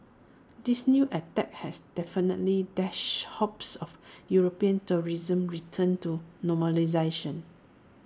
this new attack has definitely dashed hopes of european tourism's return to normalisation